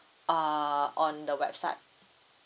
err on the website